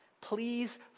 please